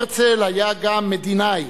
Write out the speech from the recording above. הרצל היה גם מדינאי,